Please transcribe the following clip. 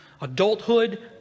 adulthood